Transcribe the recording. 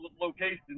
location